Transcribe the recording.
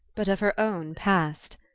but of her own past.